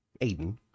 aiden